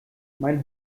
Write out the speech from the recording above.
mein